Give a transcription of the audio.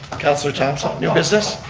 councilor thompson, new business?